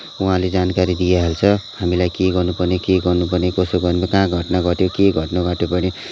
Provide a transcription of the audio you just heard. वहाँले जानकारी दिइहाल्छ हामीलाई के गर्नपर्ने के गर्नपर्ने कसो गर्नपर्ने कहाँ घटना घट्यो के घटना घट्यो भने